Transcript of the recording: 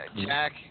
Jack